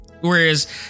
whereas